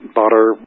butter